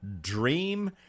Dream